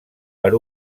per